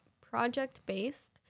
project-based